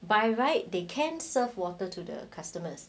by right they can serve water to the customers